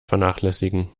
vernachlässigen